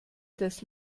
das